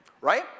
right